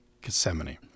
Gethsemane